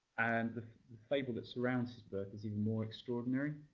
and the fable that surrounds his birth is even more extraordinary,